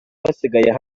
wasigaye